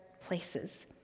places